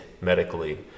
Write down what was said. medically